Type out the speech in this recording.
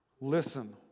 listen